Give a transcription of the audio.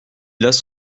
las